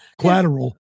collateral